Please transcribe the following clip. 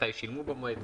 מתי שילמו במועד,